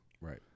Right